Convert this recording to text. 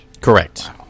Correct